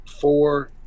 four